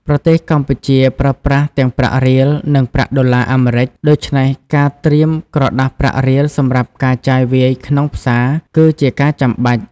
ប្រទេសកម្ពុជាប្រើប្រាស់ទាំងប្រាក់រៀល និងប្រាក់ដុល្លារអាមេរិក ដូច្នេះការត្រៀមក្រដាសប្រាក់រៀលសម្រាប់ការចាយវាយក្នុងផ្សារ គឺជាការចាំបាច់។